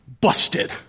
busted